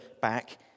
back